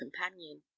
companion